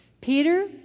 Peter